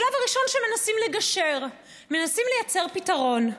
השלב הראשון הוא כשמנסים לגשר, מנסים לייצר פתרון.